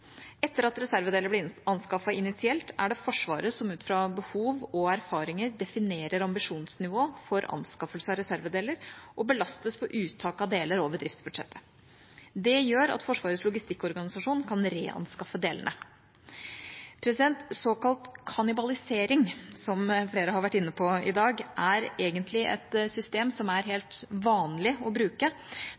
Etter at reservedeler ble anskaffet initielt, er det Forsvaret som ut fra behov og erfaringer definerer ambisjonsnivået for anskaffelse av reservedeler, og belastes over driftsbudsjettet ved uttak av deler. Det gjør at Forsvarets logistikkorganisasjon kan reanskaffe delene. Såkalt kannibalisering – som flere har vært inne på i dag – er egentlig et system som er helt vanlig å bruke,